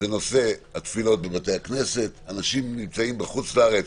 נושא התפילות בבתי הכנסת, אנשים נמצאים בחוץ לארץ.